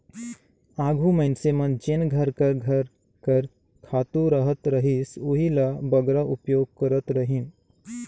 आघु मइनसे मन जेन घर कर घर कर खातू रहत रहिस ओही ल बगरा उपयोग करत रहिन